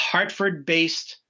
Hartford-based